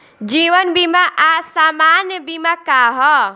जीवन बीमा आ सामान्य बीमा का ह?